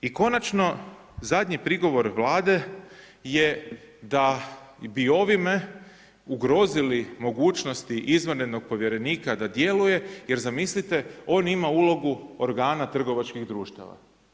I konačno zadnji prigovor Vlade je da bi ovime ugrozili mogućnosti izvanrednog povjerenika da djeluje jer zamislite, on ima ulogu organa trgovačkih društava.